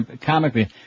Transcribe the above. comically